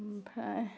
ओमफ्राय